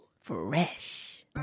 Fresh